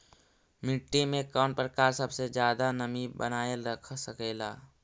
मिट्टी के कौन प्रकार सबसे जादा नमी बनाएल रख सकेला?